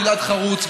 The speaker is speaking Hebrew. גלעד חרוץ,